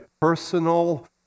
personal